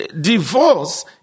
divorce